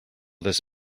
this